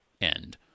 end